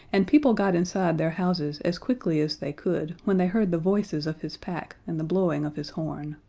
and people got inside their houses as quickly as they could when they heard the voices of his pack and the blowing of his horn.